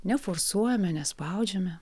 neforsuojame nespaudžiame